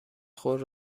خود